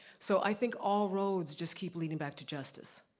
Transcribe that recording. so i think all roads just keep leaning back to justice.